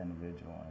individual